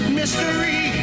mystery